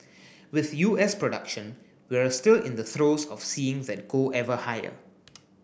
with U S production we're still in the throes of seeing that go ever higher